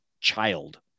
child